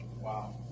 Wow